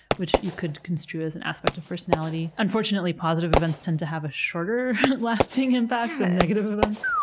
which you could construe as an aspect of personality. unfortunately, positive events tend to have a shorter lasting impact than negative events